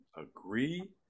agree